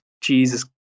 Jesus